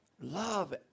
love